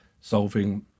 solving